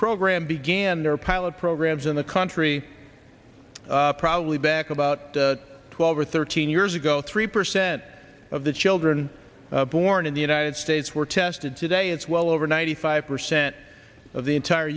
program began their pilot programs in the country probably back about twelve or thirteen years ago three percent of the children born in the united states were tested today it's well over ninety five percent of the entire